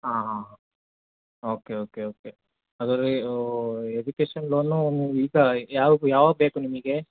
ಹಾಂ ಹಾಂ okay okay okay ಹಾಗಾದರೆ ಎಜುಕೇಷನ್ ಲೋನು ಈ ಥರ ಇದು ಯಾವಾಗ ಯಾವಾಗ ಬೇಕು ನಿಮಗೆ